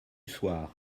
soir